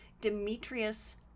Demetrius